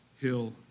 hill